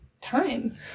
time